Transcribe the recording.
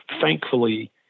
thankfully